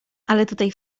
tutaj